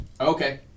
Okay